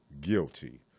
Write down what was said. guilty